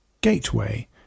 gateway